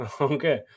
Okay